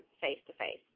face-to-face